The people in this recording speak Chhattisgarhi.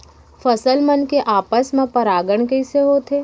फसल मन के आपस मा परागण कइसे होथे?